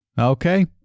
Okay